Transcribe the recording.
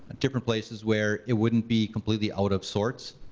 different places where it wouldn't be completely out of sorts.